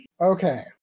Okay